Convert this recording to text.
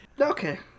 Okay